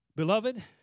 Beloved